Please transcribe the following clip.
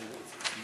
כן.